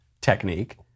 technique